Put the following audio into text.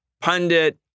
pundit